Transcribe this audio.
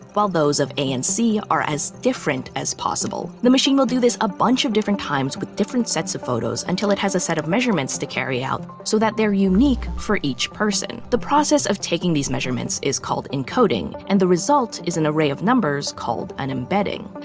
while those of a and c are as different as possible. the machine will do this a bunch of different times with different sets of photos until it has a set of measurements to carry out, so that they're unique for each person. the process of taking these measurements is called encoding, and the result is an array of numbers called an embedding.